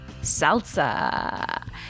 salsa